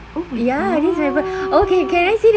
oh my god